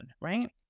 right